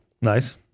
Nice